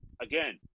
again